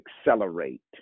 accelerate